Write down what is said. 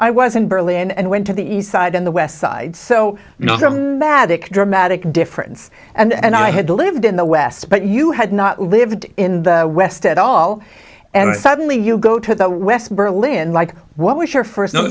i was in berlin and went to the east side on the west side so not a magic dramatic difference and i had lived in the west but you had not lived in the west at all and i suddenly you go to the west berlin like what was your first no